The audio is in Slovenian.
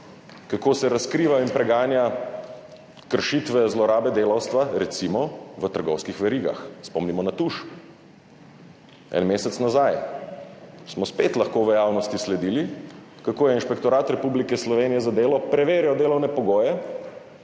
kako se razkriva in preganja kršitve, zlorabe delavstva, recimo v trgovskih verigah. Spomnimo na Tuš. En mesec nazaj smo v javnosti spet lahko sledili, kako je Inšpektorat Republike Slovenije za delo preverjal delovne pogoje